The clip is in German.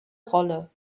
rolle